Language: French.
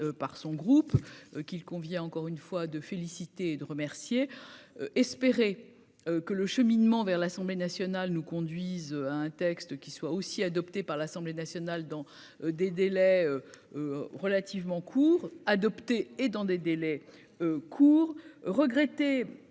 par son groupe qu'il convient encore une fois, de féliciter de remercier espérer que le cheminement vers l'Assemblée Nationale nous conduisent à un texte qui soit aussi adopté par l'Assemblée nationale, dans des délais relativement courts adoptée et dans des délais courts regretté